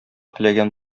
теләгән